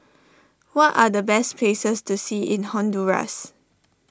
what are the best places to see in Honduras